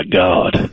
god